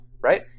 right